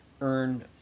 earn